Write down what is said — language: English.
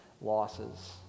losses